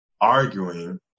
arguing